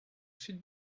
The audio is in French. sud